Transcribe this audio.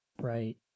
Right